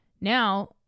Now